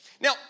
Now